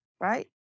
right